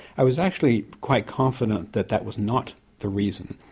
i was actually quite confident that that was not the reason,